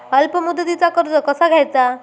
अल्प मुदतीचा कर्ज कसा घ्यायचा?